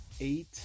Eight